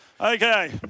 Okay